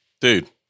Dude